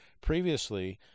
Previously